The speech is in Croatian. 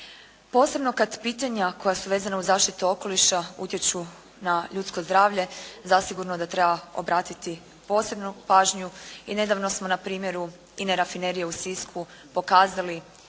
Posebno kad pitanja koja su vezana uz zaštitu okoliša utječu na ljudsko zdravlje zasigurno da treba obratiti posebnu pažnju i nedavno smo na primjeru INA-e rafinerije u Sisku pokazali